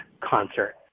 concert